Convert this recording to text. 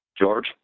George